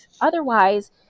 Otherwise